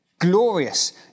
Glorious